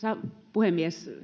puhemies